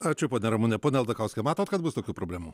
ačiū ponia ramune pone aldakauskai matot kad bus tokių problemų